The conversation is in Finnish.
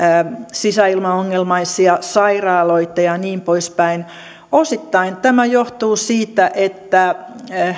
sisäilmaongelmaisia sairaaloita ja niin poispäin osittain tämä johtuu siitä että